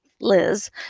liz